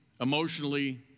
emotionally